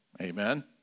Amen